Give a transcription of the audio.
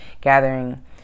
gathering